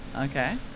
okay